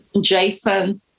Jason